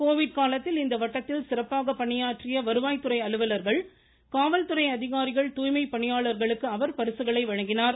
Covid காலத்தில் இந்த வட்டத்தில் சிறப்பாக பணியாற்றிய வருவாய் துறை அலுவலர்கள் காவல்துறை அதிகாரிகள் தூய்மை பணியாளர்களுக்கு அவர் பரிசுகளை வழங்கினார்